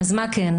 אז מה כן?